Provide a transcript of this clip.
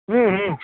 ಹ್ಞೂ ಹ್ಞೂ